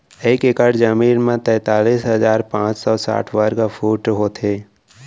एक एकड़ जमीन मा तैतलीस हजार पाँच सौ साठ वर्ग फुट होथे